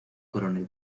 coronel